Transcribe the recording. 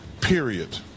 period